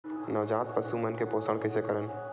नवजात पशु मन के पोषण कइसे करन?